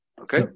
Okay